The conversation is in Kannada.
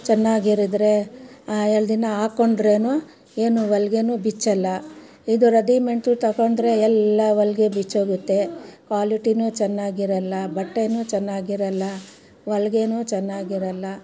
ಚೆನ್ನಾಗಿರಿದ್ರೆ ಎರಡು ದಿನ ಹಾಕೊಂಡ್ರೂ ಏನು ಹೊಲ್ಗೆ ಬಿಚ್ಚಲ್ಲ ಇದು ರೆಡಿಮೆಂಡ್ದು ತಕೊಂಡ್ರೆ ಎಲ್ಲ ಹೊಲ್ಗೆ ಬಿಚ್ಚೋಗುತ್ತೆ ಕ್ವಾಲಿಟಿ ಚೆನ್ನಾಗಿರಲ್ಲ ಬಟ್ಟೇ ಚೆನ್ನಾಗಿರಲ್ಲ ಹೊಲ್ಗೇ ಚೆನ್ನಾಗಿರಲ್ಲ